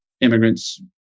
immigrants